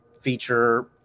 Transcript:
feature